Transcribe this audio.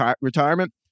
retirement